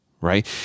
Right